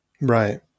Right